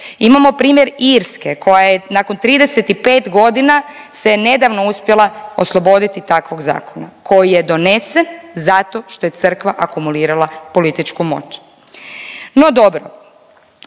Imao primjer Irske koja je nakon 35.g. se je nedavno uspjela osloboditi takvog zakona koji je donesen zato što je crkva akumulirala političku moć.